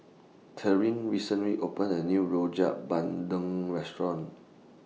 Tyree recently opened A New Rojak Bandung Restaurant